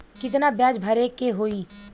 कितना ब्याज भरे के होई?